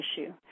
issue